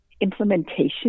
implementation